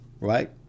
right